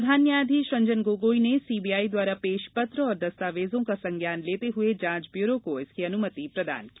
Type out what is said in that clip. प्रधान न्यायाधीश रंजन गोगोई ने सीबीआई द्वारा पेश पत्र और दस्तावेजों का संज्ञान लेते हये जांच ब्यूरो को इसकी अनुमति प्रदान की